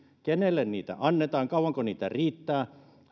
kenelle niitä annetaan kauanko niitä riittää